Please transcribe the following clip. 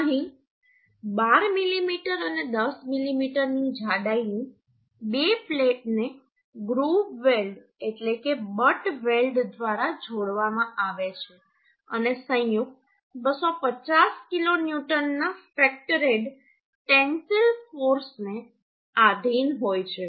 અહીં 12 મીમી અને 10 મીમીની જાડાઈની બે પ્લેટને ગ્રુવ વેલ્ડ એટલે કે બટ વેલ્ડ દ્વારા જોડવામાં આવે છે અને સંયુક્ત 250 કિલોન્યુટનના ફેક્ટરેડ ટેન્સિલ ફોર્સ ને આધિન હોય છે